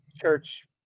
church